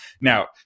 Now